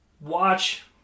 watch